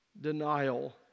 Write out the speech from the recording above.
denial